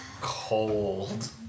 cold